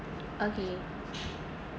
okay